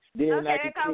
Okay